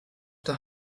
der